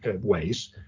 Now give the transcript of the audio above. ways